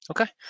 okay